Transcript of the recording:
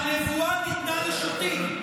הנבואה ניתנה לשוטים,